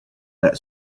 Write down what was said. that